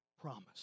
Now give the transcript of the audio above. promise